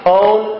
own